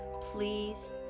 Please